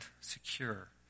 secure